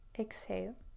Exhale